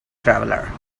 traveler